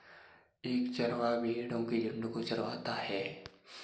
एक चरवाहा भेड़ो के झुंड को चरवाता है